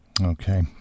Okay